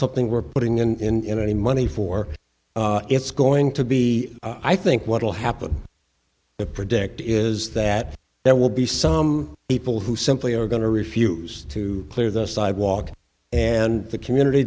something we're putting in any money for it's going to be i think what will happen to predict is that there will be some people who simply are going to refuse to clear the sidewalk and the community